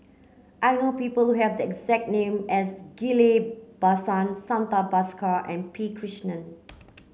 I know people have the exact name as Ghillie Basan Santha Bhaskar and P Krishnan